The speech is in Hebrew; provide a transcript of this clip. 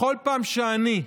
בכל פעם שאני,